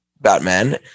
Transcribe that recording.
Batman